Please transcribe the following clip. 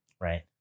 right